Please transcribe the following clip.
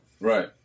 Right